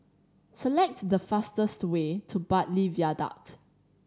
select the fastest way to Bartley Viaduct